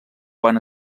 quan